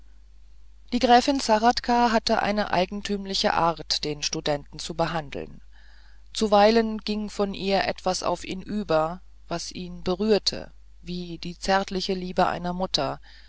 die gräfin zahradka hatte eine eigentümliche art den studenten zu behandeln zuweilen ging von ihr etwas auf ihn über was ihn berührte wie die zärtliche liebe einer mutter